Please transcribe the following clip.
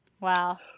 Wow